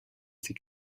sie